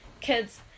kids